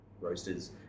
Roasters